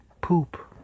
Poop